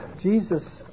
Jesus